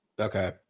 Okay